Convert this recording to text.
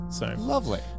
Lovely